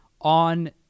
on